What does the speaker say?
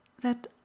that